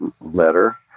letter